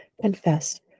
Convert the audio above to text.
confess